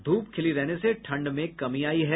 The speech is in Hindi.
धूप खिली रहने से ठंड में कमी आयी है